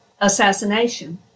assassination